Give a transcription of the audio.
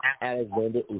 Alexander